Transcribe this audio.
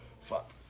fuck